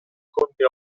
conte